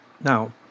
Now